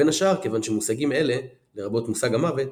בין השאר כיוון שמושגים אלה לרבות מושג המוות